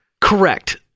Correct